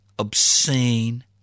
obscene